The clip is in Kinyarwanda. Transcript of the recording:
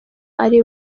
ari